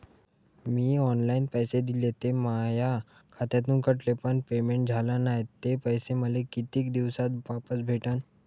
मीन online पैसे दिले, ते माया खात्यातून कटले, पण पेमेंट झाल नायं, ते पैसे मले कितीक दिवसात वापस भेटन?